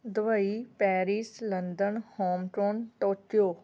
Dubai Paris London Hong Kong Tokyo